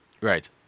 Right